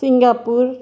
Singapore